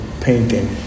painting